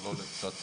אבל לא לשפת המעשה.